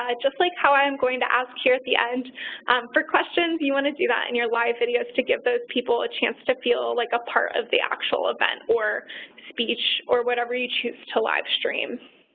just like how i am going to ask here at the end for questions, you want to do that in your live videos to give those people a chance to feel like a part of the actual event or speech or whatever you choose to live stream.